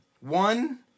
One